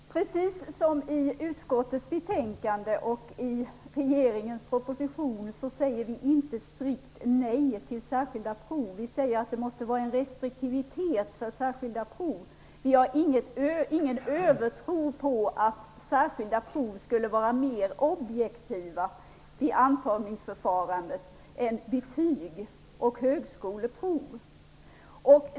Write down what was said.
Herr talman! Precis som i utskottets betänkande och regeringens proposition säger vi inte strikt nej till särskilda prov. Vi säger att det måste vara en restriktivitet för särskilda prov. Vi har ingen övertro på att särskilda prov skulle vara mer objektiva vid antagningsförfarandet än betyg och högskoleprov.